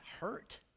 hurt